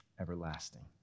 everlasting